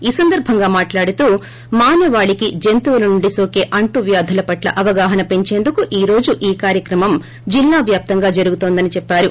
ఈ సందర్సంగా మాట్లాడుతూ మానవాళికి జంతువులు నుండి నోకె అంటువ్యాధులు పట్ట అవగాహన పంచేందుకు ఈ రోజు ఈ కార్యక్రమం జిల్లా వ్యాప్తంగా జరుగుతోందని చెప్పారు